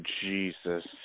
Jesus